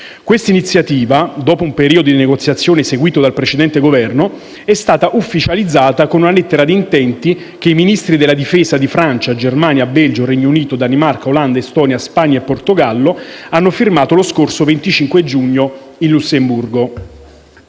Questa iniziativa, dopo un periodo di negoziazione seguito dal precedente Governo, è stata ufficializzata con una lettera di intenti che i Ministri della difesa di Francia, Germania, Belgio, Regno Unito, Danimarca, Olanda, Estonia, Spagna e Portogallo hanno firmato lo scorso 25 giugno in Lussemburgo.